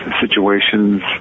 situations